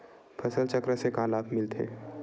फसल चक्र से का लाभ मिलथे?